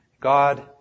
God